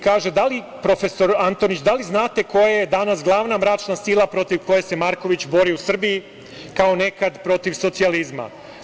Kaže profesor Antonić - da li znate ko je danas glavna mračna sila protiv koje se Marković bori u Srbiji kao nekad protiv socijalizma?